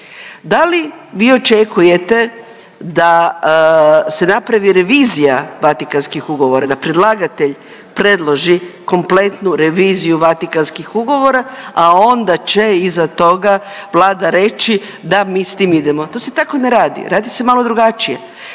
Da li vi očekujete da se napravi revizija Vatikanskih ugovora, da predlagatelj predloži kompletnu reviziju Vatikanskih ugovora, a onda će iza toga Vlada reći da mi s tim idemo, to se tako ne radi, radi se malo drugačije.